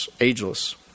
ageless